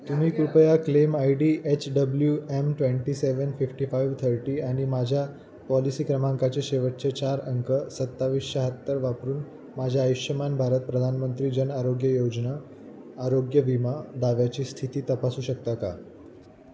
तुम्ही कृपया claim I D H W M twenty seven fifty five thirty आणि माझ्या पॉलिसी क्रमांकाचे शेवटचे चार अंक सत्तावीस शहात्तर वापरून माझ्या आयुष्यमान भारत प्रधानमंत्री जन आरोग्य योजना आरोग्य विमा दाव्याची स्थिती तपासू शकता का